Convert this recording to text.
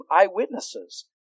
eyewitnesses